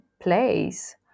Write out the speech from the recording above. place